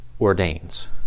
ordains